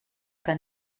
que